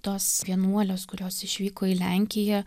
tos vienuolės kurios išvyko į lenkiją